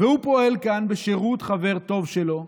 והוא פועל כאן בשירות חבר טוב שלו,